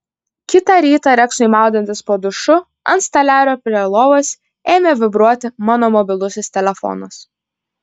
kitą rytą reksui maudantis po dušu ant stalelio prie lovos ėmė vibruoti mano mobilusis telefonas